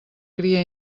cria